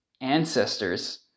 ancestors